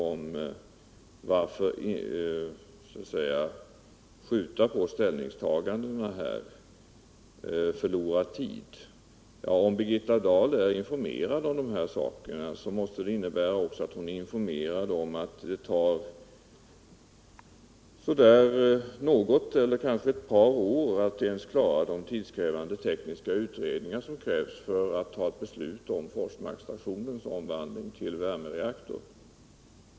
Birgitta Dahl sade att regeringen vill skjuta på ställningstagandena och att man därmed förlorar tid. Om Birgitta Dahl är informerad om de här frågorna, måste det innebära att hon också är informerad om att det behövs något, eller kanske ett par, år för att bara klara de tidskrävande tekniska utredningar som krävs för att fatta ett beslut om Forsmarksstationens omvandling till värmereaktor.